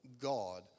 God